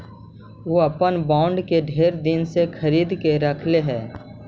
ऊ अपन बॉन्ड के ढेर दिन से खरीद के रखले हई